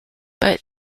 but